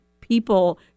people